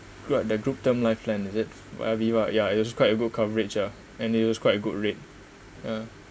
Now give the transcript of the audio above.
throughout the group term life plan is it AVIVA ya it was quite a good coverage ah and it was quite a good rate yeah